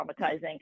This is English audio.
traumatizing